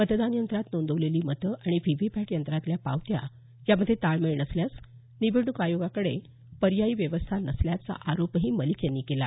मतदान यंत्रात नोंदवलेली मतं आणि व्ही व्ही पॅट यंत्रातल्या पावत्या यामध्ये ताळमेळ नसल्यास निवडणूक आयोगाकडे पर्यायी व्यवस्था नसल्याचा आरोपही मलिक यांनी केला